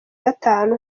gatanu